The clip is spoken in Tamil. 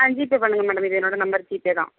ஆ ஜிபே பண்ணுங்க மேடம் இது என்னோட நம்பர் ஜிபே தான்